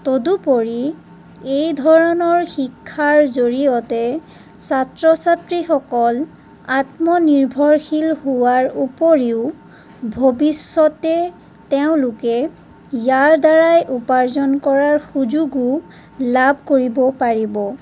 তদুপৰি এই ধৰণৰ শিক্ষাৰ জড়িয়তে ছাত্ৰ ছাত্ৰীসকল আত্মনিৰ্ভৰশীল হোৱাৰ উপৰিও ভৱিষ্যতে তেওঁলোকে ইয়াৰদ্বাৰাই উপাৰ্জন কৰাৰ সুযোগো লাভ কৰিব পাৰিব